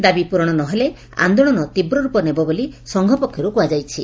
ଦାବି ପୂରଣ ନ ହେଲେ ଆନ୍ଦୋଳନ ତୀବ୍ରର୍ପ ନେବ ବୋଲି ସଂଘ ପକ୍ଷର୍ କ୍ହାଯାଇଛି